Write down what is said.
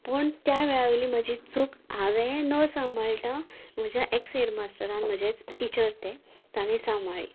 पूण त्या वेळावयली म्हाजी चूक हांवें न सांबाळटा म्हज्या एक्स हेडमास्तरांक म्हजे टिचर ते तांणी सांबाळ्ळी